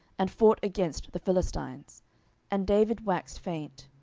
and fought against the philistines and david waxed faint.